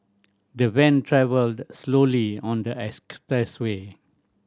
the van travelled slowly on the expressway